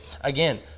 again